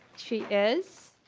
she is.